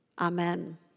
Amen